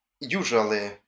usually